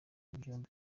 byombi